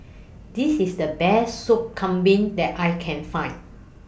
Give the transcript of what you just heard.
This IS The Best Soup Kambing that I Can Find